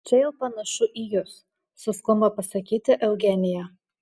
čia jau panašu į jus suskumba pasakyti eugenija